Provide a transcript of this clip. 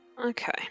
okay